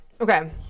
Okay